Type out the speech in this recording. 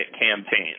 campaign